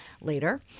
later